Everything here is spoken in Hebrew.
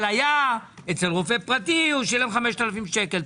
אבל היה אצל רופא פרטי שילם 5,000 שקל.